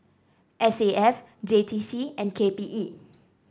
S A F J T C and K P E